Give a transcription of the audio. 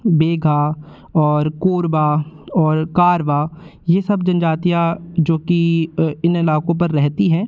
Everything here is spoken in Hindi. बेघा और कोरबा और कारवा ये सब जनजातियाँ जो कि इन इलाक़ों पर रहती हैं